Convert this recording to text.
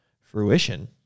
fruition